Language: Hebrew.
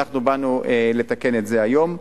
ואנחנו באנו לתקן את זה היום.